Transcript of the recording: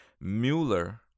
Mueller